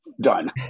done